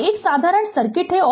तो एक साधारण सर्किट है